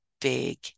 big